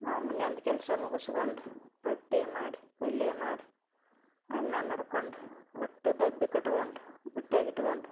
ನಾವು ಮನ್ಯೊಂದು ಕೆಲಸ ಮುಗಸ್ಕೊಂಡು ರೊಟ್ಟಿ ಮಾಡಿ ಪಲ್ಯ ಮಾಡಿ ಅನ್ನ ಮಾಡ್ಕೊಂಡು ಒಟ್ಟು ದಬ್ಬಿ ಕಟ್ಕೊಂಡು ಬುಟ್ಯಾಗಿಟ್ಕೊಂಡು